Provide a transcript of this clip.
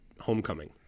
Homecoming